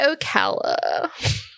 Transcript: Ocala